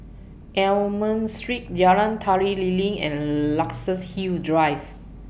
Almond Street Jalan Tari Lilin and Luxus Hill Drive